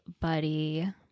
Buddy